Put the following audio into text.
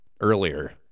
earlier